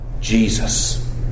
Jesus